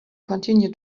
continue